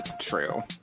true